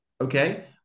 okay